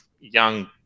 Young